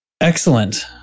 Excellent